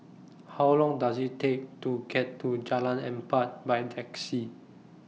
How Long Does IT Take to get to Jalan Empat By Taxi